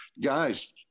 guys